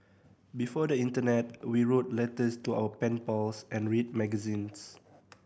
before the internet we wrote letters to our pen pals and read magazines